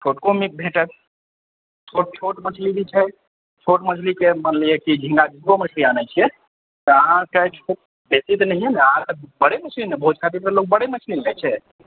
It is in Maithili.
छोटको नीक भेटत छोट छोट मछली भी छै छोट मछलीके मानि लियऽ कि झिँगो मछली आनै छियै तऽ अहाँके छोट बेसी तऽ नैहिए ने अहाँके बड़े मछली ने भोज खातिर तऽ लोक बड़े मछली ने लै छै